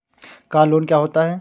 Car loan क्या होता है?